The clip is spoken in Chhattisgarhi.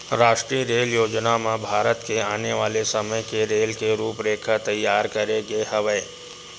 रास्टीय रेल योजना म भारत के आने वाले समे के रेल के रूपरेखा तइयार करे गे हवय